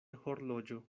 horloĝo